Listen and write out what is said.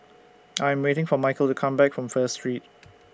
I Am waiting For Michael to Come Back from First Street